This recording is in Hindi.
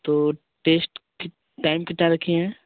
तो टेश्ट टाइम कितना रखे हैं